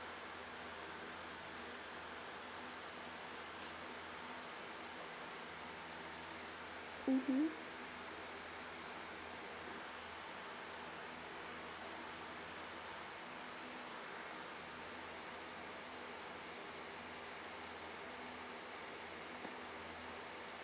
mmhmm